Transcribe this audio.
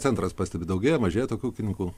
centras pastebi daugėja mažėja tokių ūkininkų